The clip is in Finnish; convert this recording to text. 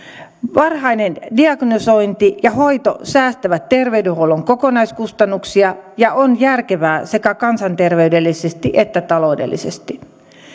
varhainen diagnosointi ja hoito säästää terveydenhuollon kokonaiskustannuksia ja on järkevää sekä kansanterveydellisesti että taloudellisesti